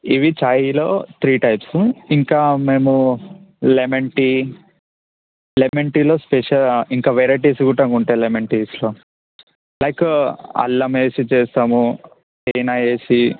ఇవి చాయ్లో three types ఇంకా మేము లెమన్ టీ లెమన్ టీలో స్పెషల్ ఇంకా వెరైటీస్ గూటం ఉంటాయి లెమన్ టీస్లో లైక్ అల్లం వేసి చేస్తాము పుదీనా వేసి